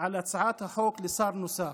על הצעת החוק לשר נוסף.